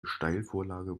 steilvorlage